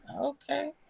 Okay